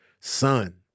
son